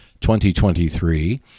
2023